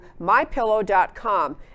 MyPillow.com